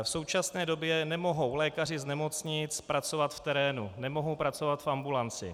V současné době nemohou lékaři z nemocnic pracovat v terénu, nemohou pracovat v ambulanci.